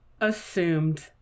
assumed